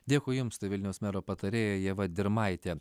dėkui jums tai vilniaus mero patarėja ieva dirmaitė